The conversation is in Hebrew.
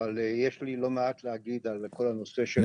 אבל יש לי לא מעט להגיד על כל הנושא הזה.